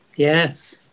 yes